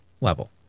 level